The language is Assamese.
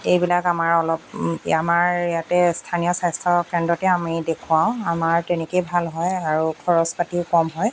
এইবিলাক আমাৰ অলপ আমাৰ ইয়াতে স্থানীয় স্বাস্থ্য কেন্দ্ৰতে আমি দেখুৱাওঁ আমাৰ তেনেকেই ভাল হয় আৰু খৰচ পাতিও কম হয়